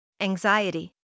anxiety